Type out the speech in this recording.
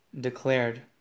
declared